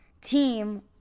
team